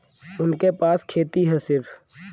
उनके पास खेती हैं सिर्फ